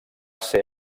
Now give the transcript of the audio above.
ser